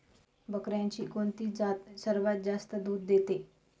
बकऱ्यांची कोणती जात सर्वात जास्त दूध देते?